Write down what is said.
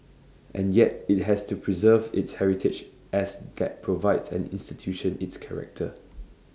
and yet IT has to preserve its heritage as that provides an institution its character